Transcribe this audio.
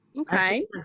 Okay